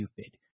stupid